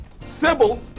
Sybil